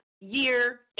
year